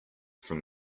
from